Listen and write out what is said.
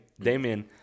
Damien